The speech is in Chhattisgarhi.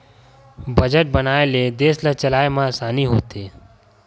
बजट बनाए ले देस ल चलाए म असानी होथे